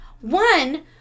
One